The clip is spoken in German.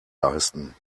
leisten